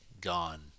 gone